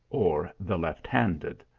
or the left-handed.